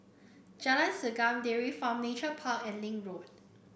Jalan Segam Dairy Farm Nature Park and Link Road